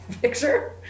picture